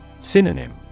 Synonym